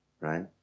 right